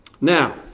Now